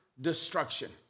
destruction